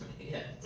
Yes